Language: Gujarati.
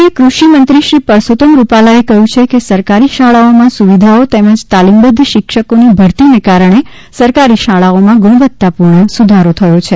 કેન્દ્રીય કૃષિમંત્રી શ્રી પરષોત્તમ રૂપાલાએ કહ્યુ છે કે સરકારી શાળાઓમાં સુવિધાઓ તેમજ તાલીમબધ્ધ શિક્ષકોની ભરતીને કારણે સરકારી શાળાઓમાં ગુણવતાપૂર્ણ સુધારો થયો છે